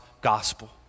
gospel